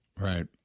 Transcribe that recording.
right